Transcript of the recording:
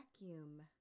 vacuum